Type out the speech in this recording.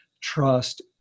trust